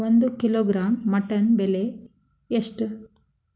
ಒಂದು kilogram mutton ಬೆಲೆ ಎಷ್ಟ್?